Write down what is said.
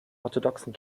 orthodoxen